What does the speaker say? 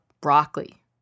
broccoli